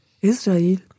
Israel